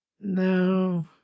No